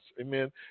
Amen